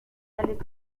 erlitt